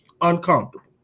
uncomfortable